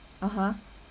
(uh huh)